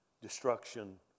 destruction